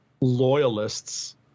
loyalists